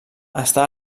està